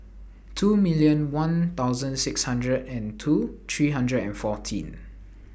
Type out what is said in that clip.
two million one thousand sixty hundred and two three hundred and fourteen